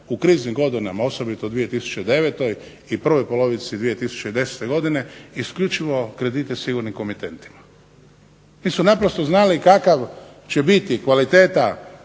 u kriznim godinama osobito u 2009. i prvoj polovici 2010. godine isključivo kredite sigurnim komitentima, oni su naprosto znali kakva će biti kvaliteta